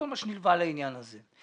כל מה שנלווה לעניין הזה.